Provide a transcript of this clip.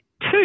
two